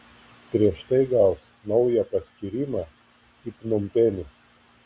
prieš tai gaus naują paskyrimą į pnompenį